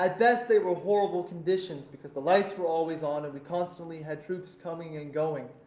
at best, they were horrible conditions because the lights were always on and we constantly had troops coming and going,